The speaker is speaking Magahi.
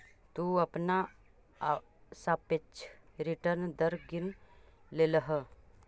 तु अपना सापेक्ष रिटर्न दर गिन लेलह